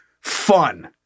fun